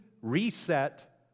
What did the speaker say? reset